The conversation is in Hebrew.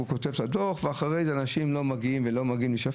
הוא כותב דוח, ואחרי זה אנשים לא מגיעים להישפט.